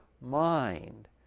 mind